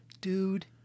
Dude